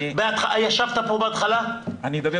ישבת כאן בתחילת הדיון?